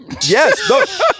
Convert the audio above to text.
Yes